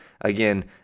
again